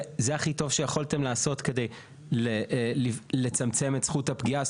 זה הכי טוב שיכולתם לעשות כדי לצמצם את זכות הפגיעה?